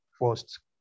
first